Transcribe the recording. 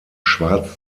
schwarz